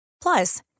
Plus